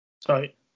Sorry